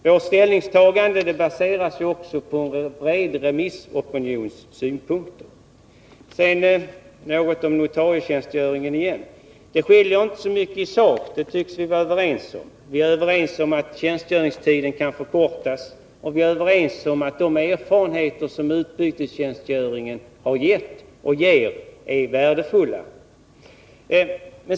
Vårt ställningstagande baseras också på en bred remissopinions synpunkter. Sedan något om notarietjänstgöringen: Det skiljer sig inte så mycket i sak. Vi är överens om att tjänstgöringstiden kan förkortas och att de erfarenheter som utbytestjänstgöringen har gett och ger är värdefulla.